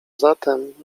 zatem